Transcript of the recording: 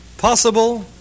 Possible